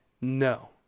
No